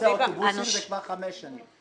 בנושא האוטובוסים זה כבר חמש שנים.